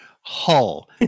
Hull